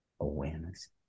awareness